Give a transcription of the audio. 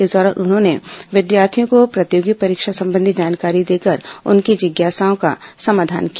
इस दौरान उन्होंने विद्यार्थियों को प्रतियोगी परीक्षा संबंधी जानकारी देकर उनकी जिज्ञासाओं का समाधान किया